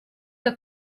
que